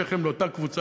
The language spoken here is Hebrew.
שייכים לאותה קבוצה,